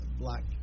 black